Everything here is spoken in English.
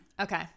Okay